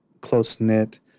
close-knit